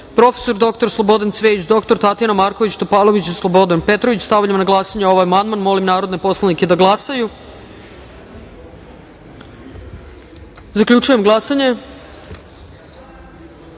prof. dr Slobodan Cvejić, dr Tatjana Marković Topalović i Slobodan Petrović. Stavljam na glasanje ovaj amandman. Molim narodne poslanike da glasaju. Zaključujem glasanje: